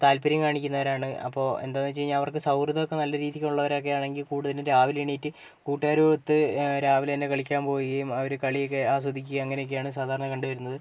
താല്പര്യം കാണിക്കുന്നവരാണ് അപ്പോൾ എന്താന്ന് വെച്ച് കഴിഞ്ഞാൽ അവർക്ക് സൗഹൃദം ഒക്കെ നല്ല രീതിക്ക് ഉള്ളവരൊക്കെ ആണെങ്കിൽ കൂടുതലും രാവിലെ എണീറ്റ് കൂട്ടുകാരുമൊത്ത് രാവിലെ തന്നെ കളിക്കാൻ പോവുകയും അവർ കളിയൊക്കെ ആസ്വദിക്കുകയും അങ്ങനെയൊക്കെയാണ് സാധാരണ കണ്ടുവരുന്നത്